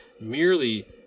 merely